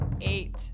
Eight